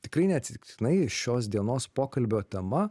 tikrai neatsitiktinai šios dienos pokalbio tema